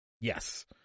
Yes